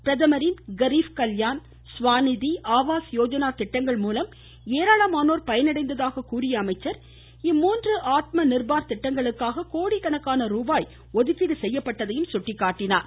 பிரதமரின் கரீப் கல்யாண் ஸ்வா நிதி ஆவாஸ் யோஜனா திட்டங்கள் மூலம் ஏராளமானோர் பயனடைந்ததாக கூறிய அமைச்சர் இம்மூன்று ஆத்ம நிர்பார் திட்டங்களுக்காக கோடிக்கணக்கான ரூபாய் ஒதுக்கீடு செய்யப்பட்டதையும் அவர் சுட்டிக்காட்டினார்